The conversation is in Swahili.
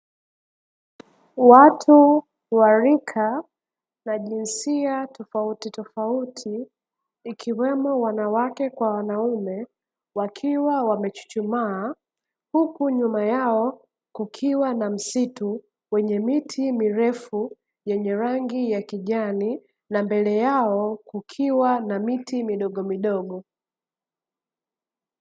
Watu wa rika la jinsia tofautitofauti ikiwemo wanawake kwa wanaume wakiwa wamechuchumaa, huku nyuma yao kukiwa na msitu wenye miti mirefu yenye rangi ya kijani na mbele yao kukiwa na miti midogomidogo.